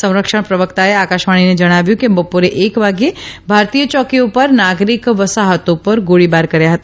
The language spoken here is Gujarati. સંરક્ષણ પ્રવકતાએ આકાશવાણીને જણાવ્યું કે બપોરે એક વાગે ભારતીય યોકીઓ પર અને નાગરીક વસાહતો પર ગોળીબાર કર્યા હતા